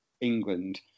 England